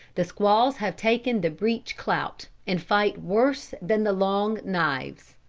the squaws have taken the breech clout, and fight worse than the long knives.